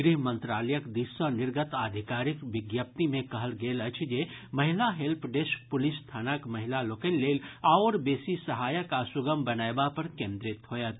गृह मंत्रालयक दिस सँ निर्गत आधिकारिक विज्ञप्ति मे कहल गेल अछि जे महिला हेल्प डेस्क पुलिस थानाक महिला लोकनि लेल आओर बेसी सहायक आ सुगम बनयबा पर केन्द्रित होयत